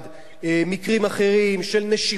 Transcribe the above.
מקרים אחרים של נשיכות,